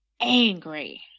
angry